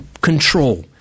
control